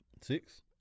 Six